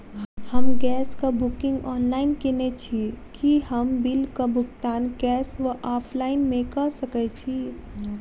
हम गैस कऽ booking online केने छी, की हम बिल कऽ भुगतान कैश वा ऑफलाइन मे कऽ सकय छी?